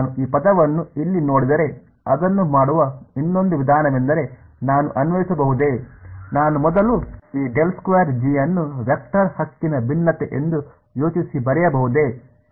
ನಾನು ಈ ಪದವನ್ನು ಇಲ್ಲಿ ನೋಡಿದರೆ ಅದನ್ನು ಮಾಡುವ ಇನ್ನೊಂದು ವಿಧಾನವೆಂದರೆ ನಾನು ಅನ್ವಯಿಸಬಹುದೇ ನಾನು ಮೊದಲು ಈ ಅನ್ನು ವೆಕ್ಟರ್ ಹಕ್ಕಿನ ಭಿನ್ನತೆ ಎಂದು ಯೋಚಿಸಿ ಬರೆಯಬಹುದೇ